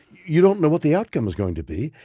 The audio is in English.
you don't know what the outcome is going to be,